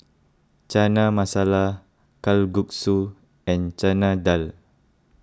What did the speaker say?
Chana Masala Kalguksu and Chana Dal